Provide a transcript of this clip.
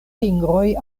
fingroj